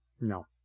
No